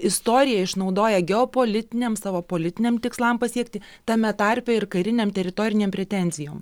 istoriją išnaudoja geopolitiniams savo politiniam tikslam pasiekti tame tarpe ir karinėm teritorinėm pretenzijom